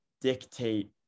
dictate